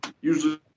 Usually